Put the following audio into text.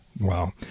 Wow